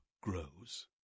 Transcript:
grows